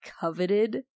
coveted